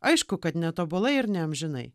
aišku kad netobulai ir neamžinai